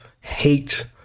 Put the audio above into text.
hate